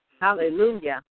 Hallelujah